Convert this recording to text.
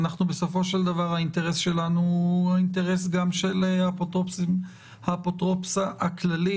בסופו של דבר האינטרס שלנו הוא האינטרס גם של האפוטרופסה הכללית,